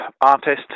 artist